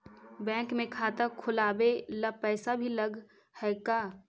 Bank में खाता खोलाबे ल पैसा भी लग है का?